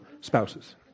spouses